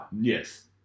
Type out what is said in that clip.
Yes